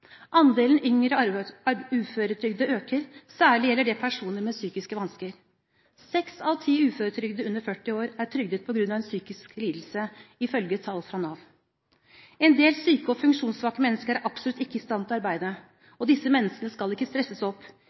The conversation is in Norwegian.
Andelen yngre uføretrygdede øker, særlig gjelder det personer med psykiske vansker. Seks av ti uføretrygdede under 40 år er trygdet på grunn av en psykisk lidelse, ifølge tall fra Nav. En del syke og funksjonssvake mennesker er absolutt ikke i stand til å arbeide. Disse menneskene skal ikke stresses opp.